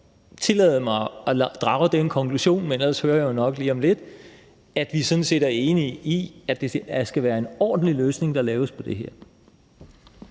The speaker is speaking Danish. også tillade mig at drage den konklusion, men ellers hører jeg jo nok noget lige om lidt, at vi sådan set er enige i, at det skal være en ordentlig løsning, der findes på det her.